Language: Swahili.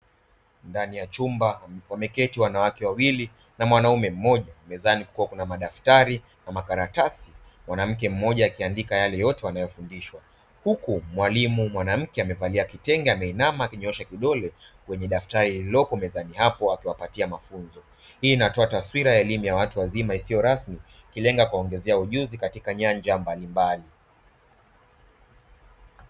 Ndani ya chumba wameketi wanawake wawili na mwanaume mmoja mezani kukiwa kuna madaftari na makaratasi, mwanamke mmoja akiandika yale yote wanayofundishwa huku mwalimu mwanamke amevalia kitenge ameinama akinyoosha kidole kwenye daftari lililoko mezani hapo akiwapatia mafunzo. Hii inatoa taswira ya elimu ya watu wazima isiyo rasmi ikilenga kuwaongezea ujuzi katika nyanja mbalimbali.